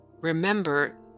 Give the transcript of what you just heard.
Remember